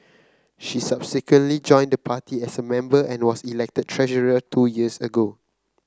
she subsequently joined the party as a member and was elected treasurer two years ago